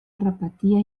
repetia